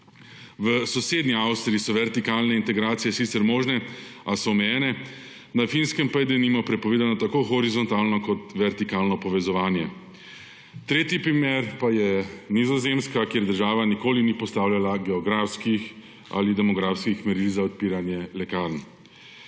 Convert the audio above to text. V sosednji Avstriji so vertikalne integracije sicer možne, a so omejene, na Finskem pa je, denimo, prepovedano tako horizontalno kot vertikalno povezovanje, tretji primer pa je Nizozemska, kjer država ni nikoli ni postavljala geografskih ali demografskih meril za odpiranje lekarn.